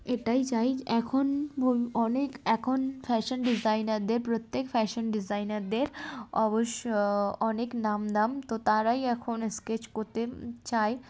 এটাই চাই এখন অনেক এখন ফ্যাশান ডিজাইনারদের প্রত্যেক ফ্যাশান ডিজাইনারদের অবশ্য অনেক নাম দাম তো তারাই এখন স্কেচ করতে চায়